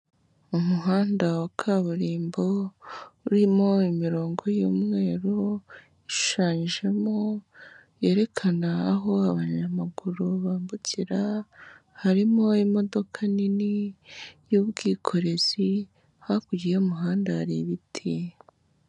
Umuhanda wa kaburimbo, urimo imirongo y'umweru, ishushajemo yerekana aho abanyamaguru bambukira, harimo imodoka nini y'ubwikorezi, hakurya y'umuhanda hari ibiti.